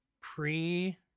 pre